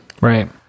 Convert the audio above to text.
Right